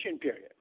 period